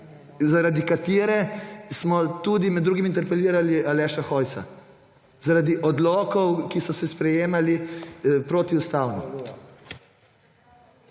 zaradi katere smo tudi med drugim interpelirali Aleša Hojsa, zaradi odlokov, ki so se sprejemali protiustavno.